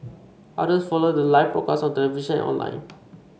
others followed the live broadcast on television and online